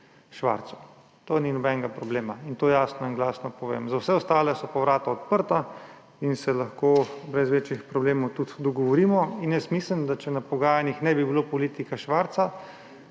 Švarcu. Ni nobenega problema in to jasno in glasno povem. Za vse ostale so pa vrata odprta in se lahko brez večjih problemov tudi dogovorimo. In mislim, da če na pogajanjih ne bi bilo politika Švarca,